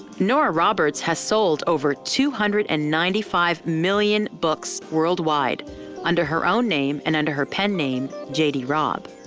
nora roberts has sold over two hundred and ninety five million books worldwide under her own name, and under her pen name j d. robb.